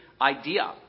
idea